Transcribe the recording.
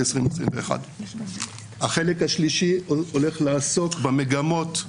2021. החלק השלישי הולך לעסוק במגמות.